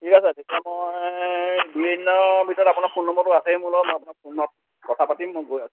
ঠিক আছে তেতিয়া মই দুই এদিনৰ ভিতৰত আপোনাৰ ফোন নম্বৰটো আছেই মোৰ লগত মই আপোনাক ফোনত কথা পাতিম মই গৈ আছোঁ